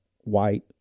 white